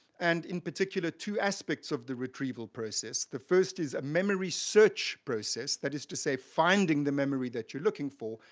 and in particular two aspects of the retrieval process. the first is a memory search process, that is to say, finding the memory that you're looking for,